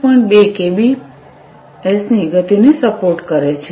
2KBS ની ગતિને support કરે છે